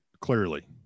clearly